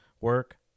Work